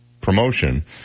promotion